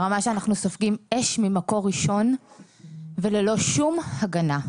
ברמה שאנחנו סופגים אש ממקור ראשון וללא שום הגנה.